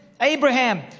Abraham